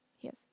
yes